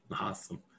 awesome